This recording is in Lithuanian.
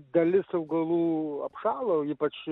dalis augalų apšalo ypač